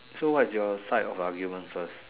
so what's your side of the argument first